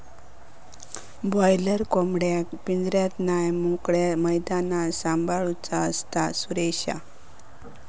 boiler कोंबडेक पिंजऱ्यात नाय मोकळ्या मैदानात सांभाळूचा असता, सुरेशा